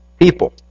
people